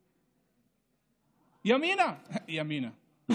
ימינה, ימינה?